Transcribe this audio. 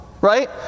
Right